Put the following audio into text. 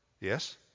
Yes